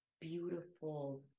beautiful